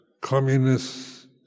communists